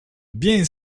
bien